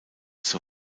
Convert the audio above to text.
zur